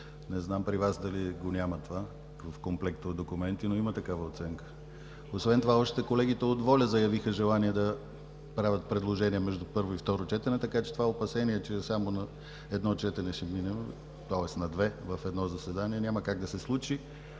Не зная дали при Вас го няма това в комплекта от документи, но има такава оценка. Освен това, колегите от „Воля“ също заявиха желание да правят предложения между първо и второ четене, така че това опасение, че ще минем на две четения в едно заседание няма как да се случи.